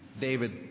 David